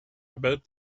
about